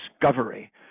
discovery